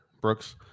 brooks